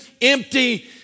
empty